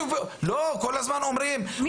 לא, כל הזמן אומרים --- מי אומר?